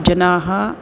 जनाः